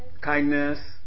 Kindness